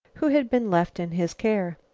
who had been left in his care.